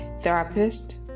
therapist